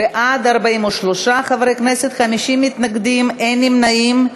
בעד, 43 חברי כנסת, 50 מתנגדים, אין נמנעים.